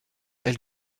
elle